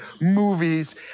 movies